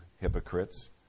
hypocrites